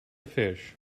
fish